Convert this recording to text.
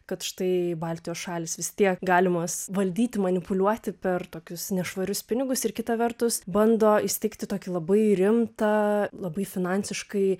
kad štai baltijos šalys vis tiek galimos valdyti manipuliuoti per tokius nešvarius pinigus ir kita vertus bando įsteigti tokį labai rimtą labai finansiškai